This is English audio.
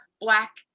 Black